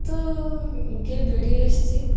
তো গিয়ে বেড়িয়ে এসছি